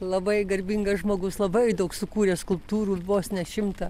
labai garbingas žmogus labai daug sukūrė skulptūrų vos ne šimtą